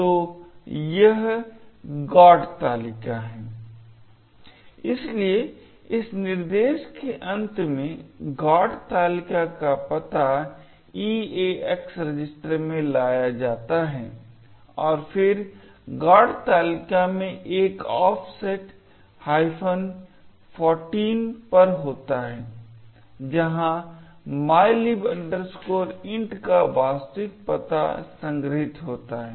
तो यह GOT तालिका है इसलिए इस निर्देश के अंत में GOT तालिका का पता EAX रजिस्टर में ले जाया जाता है और फिर GOT तालिका में एक ऑफसेट 14 पर होता है जहां mylib int का वास्तविक पता संग्रहीत होता है